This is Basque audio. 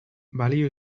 balio